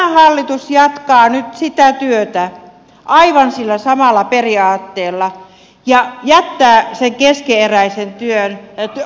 tämä hallitus jatkaa nyt sitä työtä aivan sillä samalla periaatteella ja ottaa sen keskeneräisen työn nyt vastuulleen